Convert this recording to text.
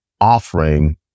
offering